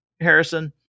Harrison